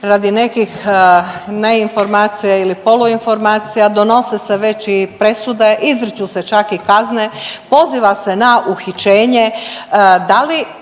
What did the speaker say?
radi nekih ne informacija ili polu informacija, donose se već i presude, izriču se čak i kazne, poziva se na uhićenje.